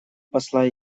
посла